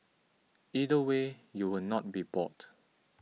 either way you will not be bored